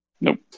Nope